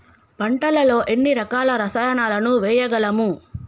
పంటలలో ఎన్ని రకాల రసాయనాలను వేయగలము?